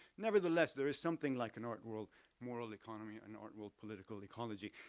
nevertheless there is something like an art world moral economy, an art world political ecology.